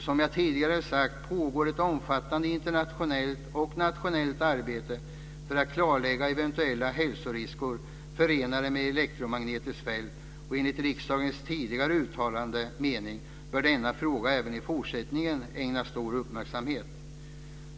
Som jag tidigare har sagt pågår ett omfattande internationellt och nationellt arbete för att klarlägga eventuella hälsorisker förenade med elektromagnetiska fält, och enligt riksdagens tidigare uttalade mening bör denna fråga även i fortsättningen ägnas stor uppmärksamhet.